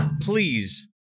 please